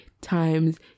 times